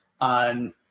On